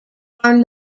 are